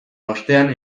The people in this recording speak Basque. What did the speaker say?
ostean